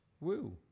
woo